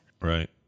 Right